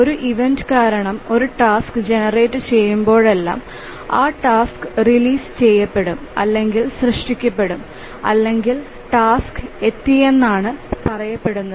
ഒരു ഇവന്റ് കാരണം ഒരു ടാസ്ക് ജനറേറ്റുചെയ്യുമ്പോഴെല്ലാം ആ ടാസ്ക് റിലീസ് ചെയ്യപ്പെടും അല്ലെങ്കിൽ സൃഷ്ടിക്കപ്പെടുന്നു അല്ലെങ്കിൽ ടാസ്ക് എത്തിയെന്നാണ് പറയപ്പെടുന്നത്